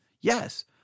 Yes